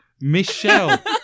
Michelle